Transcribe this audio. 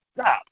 stop